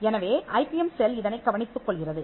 எனவே IBM cell இதனைக் கவனித்துக் கொள்கிறது